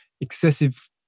excessive